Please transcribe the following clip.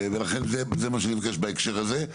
ולכן, זה מה שאני מבקש בהקשר הזה.